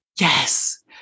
Yes